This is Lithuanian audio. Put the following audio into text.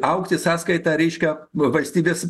augti sąskaita reiškia valstybės